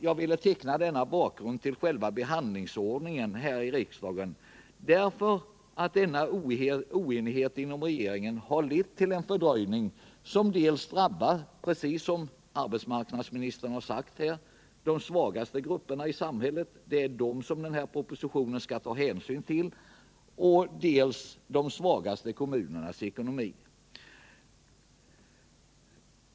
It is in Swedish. Jag har velat teckna denna bild av hur frågan behandlats här i riksdagen. Oenigheten inom regeringen har lett till en fördröjning som drabbar, precis som arbetsmarknadsministern har sagt, dels de svagaste grupperna i samhället — det är dem den här propositionen skall ta hänsyn till — dels de svagaste kommunernas ekonomi.